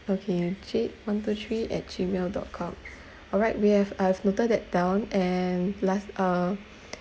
okay jade one two three at gmail dot com all right we have I've noted that down and last uh